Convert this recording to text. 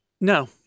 No